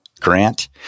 grant